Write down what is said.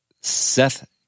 Seth